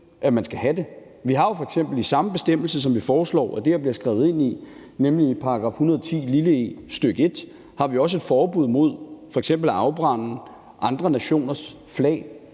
at man ikke skal have det. Vi har f.eks. i samme bestemmelse, som vi foreslår at det her bliver skrevet ind i, nemlig § 110 e, stk. 1, et forbud mod at afbrænde andre nationers flag